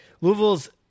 Louisville's